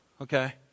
Okay